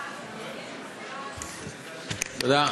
תודה.